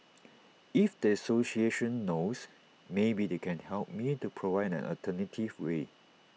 if the association knows maybe they can help me or provide an alternative way